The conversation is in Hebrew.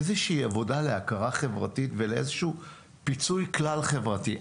צריך איזושהי עבודה להכרה חברתית ולפיצוי כלל חברתי.